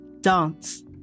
dance